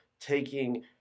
taking